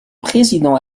président